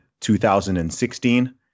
2016